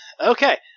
Okay